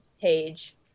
page